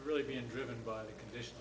really being driven by the condition